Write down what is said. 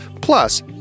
Plus